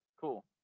cool